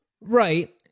right